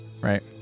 right